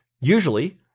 Usually